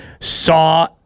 Saw